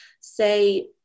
say